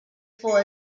for